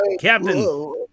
Captain